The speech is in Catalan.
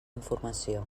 informació